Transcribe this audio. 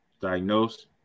Diagnosed